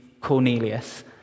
Cornelius